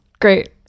great